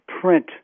print